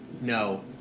No